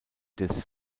des